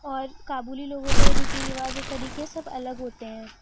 اور کابلی لوگوں کے ریتی رواج اور طریقے سب الگ ہوتے ہیں